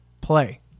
play